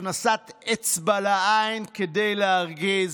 הכנסת אצבע לעין כדי להרגיז.